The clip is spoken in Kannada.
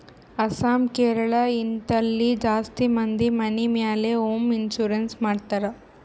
ಅಸ್ಸಾಂ, ಕೇರಳ, ಹಿಂತಲ್ಲಿ ಜಾಸ್ತಿ ಮಂದಿ ಮನಿ ಮ್ಯಾಲ ಹೋಂ ಇನ್ಸೂರೆನ್ಸ್ ಮಾಡ್ತಾರ್